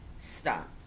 Stop